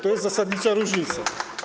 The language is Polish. To jest zasadnicza różnica.